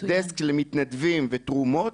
דסק למתנדבים ותרומות,